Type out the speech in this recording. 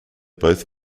both